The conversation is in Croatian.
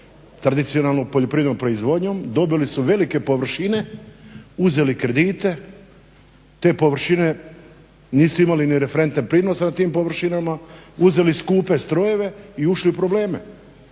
tradicionalnom poljoprivrednom proizvodnjom dobili su velike površine, uzeli kredite, te površine nisu imali ni referentan prinos na tim površinama, uzeli skupe strojeve i ušli u probleme.